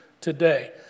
today